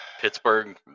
Pittsburgh